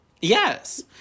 Yes